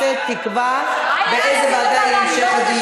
ועדת הכנסת תקבע באיזו ועדה יהיה המשך הדיון.